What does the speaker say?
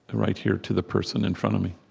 right here to the person in front of me